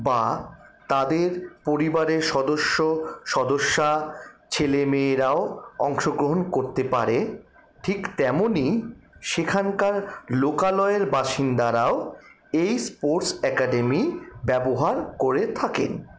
বা তাদের পরিবারের সদস্য সদস্যা ছেলেমেয়েরাও অংশগ্রহণ করতে পারে ঠিক তেমনই সেখানকার লোকালয়ের বাসিন্দারাও এই স্পোর্টস অ্যাকাডেমি ব্যবহার করে থাকেন